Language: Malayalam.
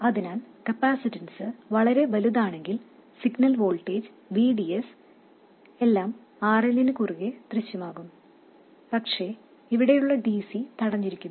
അതിനാൽ കപ്പാസിറ്റൻസ് വളരെ വലുതാണെങ്കിൽ സിഗ്നൽ വോൾട്ടേജ് VDS എല്ലാം RL നു കുറുകേ ദൃശ്യമാകും പക്ഷേ ഇവിടെയുള്ള dc തടഞ്ഞിരിക്കുന്നു